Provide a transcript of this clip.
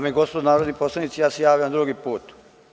Dame i gospodo narodni poslanici, ja se javljam drugi put.